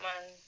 man